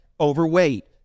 overweight